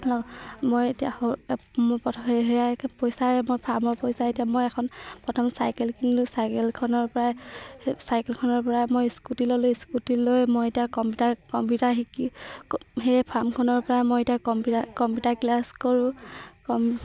মই এতিয়া সৰু মোৰ সেই সেয়াই পইচাই মই ফাৰ্মৰ পইচা এতিয়া মই এখন প্ৰথম চাইকেল কিনিলোঁ চাইকেলখনৰপৰাই চাইকেলখনৰপৰা মই স্কুটি ল'লোঁ স্কুটি লৈ মই এতিয়া কম্পিউটাৰ কম্পিউটাৰ শিকি সেই ফাৰ্মখনৰপৰাই মই এতিয়া কম্পিউটাৰ কম্পিউটাৰ ক্লাছ কৰোঁ